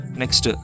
next